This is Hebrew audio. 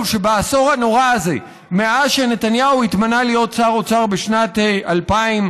שבעשור הנורא הזה מאז נתניהו התמנה להיות שר אוצר בשנת 2002,